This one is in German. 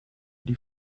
die